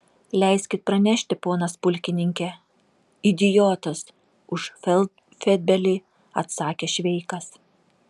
leiskit pranešti ponas pulkininke idiotas už feldfebelį atsakė šveikas